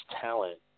talent